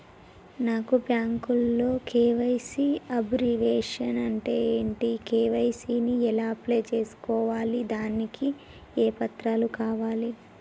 నాకు బ్యాంకులో KYC abbreviation అంటే ఏంటి కే.వై.సీ ని ఎలా అప్లై చేసుకోవాలి దానికి ఏ పత్రాలు కావాలి?